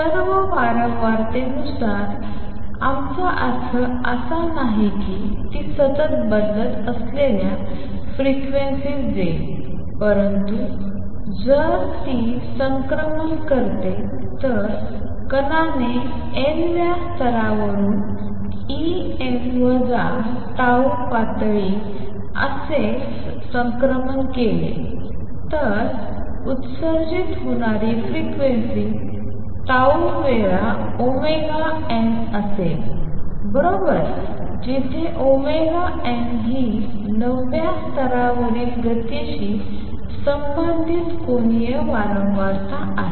सर्व वारंवारतेनुसार आमचा अर्थ असा नाही की ती सतत बदलत असलेल्या फ्रिक्वेन्सीज देईल परंतु जर ती संक्रमण करते जर कणाने n व्या स्तरावरून E n वजा टाऊ पातळी असे संक्रमण केले तर उत्सर्जित होणारी फ्रिक्वेन्सी ताऊ वेळा ओमेगा एन असेल बरोबर जिथे ओमेगा एन ही नवव्या स्तरावरील गतीशी संबंधित कोनीय वारंवारता आहे